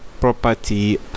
property